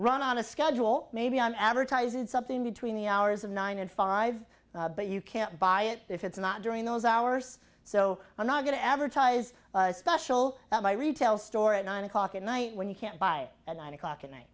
run on a schedule maybe on advertise it something between the hours of nine and five but you can't buy it if it's not during those hours so i'm not going to advertise a special that my retail store at nine o'clock at night when you can't buy at nine o'clock at night